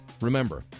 Remember